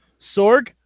Sorg